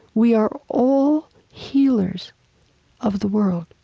we are all healers of the world.